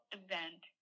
event